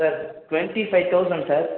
sir twenty five thousand sir